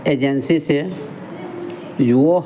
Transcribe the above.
agency से जी वह